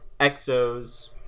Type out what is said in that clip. Exos